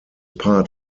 part